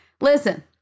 listen